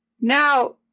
Now